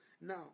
now